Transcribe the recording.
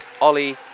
Ollie